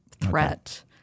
threat